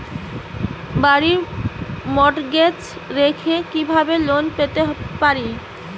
বাড়ি মর্টগেজ রেখে কিভাবে লোন পেতে পারি?